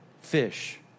fish